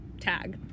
tag